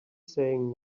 saying